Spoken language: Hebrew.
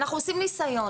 אנחנו עושים ניסיון,